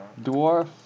Dwarf